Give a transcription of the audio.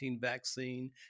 vaccine